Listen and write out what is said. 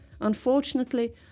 Unfortunately